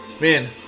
Man